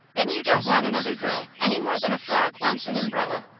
then you don't want another girl, any more than a frog wants an umbrella.